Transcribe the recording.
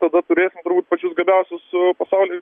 tada turėsim tubūt pačius gabiausius pasauly